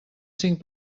cinc